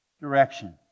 direction